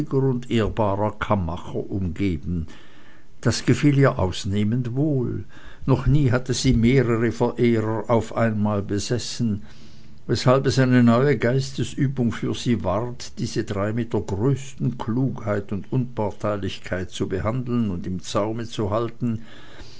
ehrbarer kammmacher umgeben das gefiel ihr ausnehmend wohl noch nie hatte sie mehrere verehrer auf einmal besessen weshalb es eine neue geistesübung für sie ward diese drei mit der größten klugheit und unparteilichkeit zu behandeln und im zaume zu halten